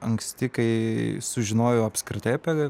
anksti kai sužinojau apskritai apie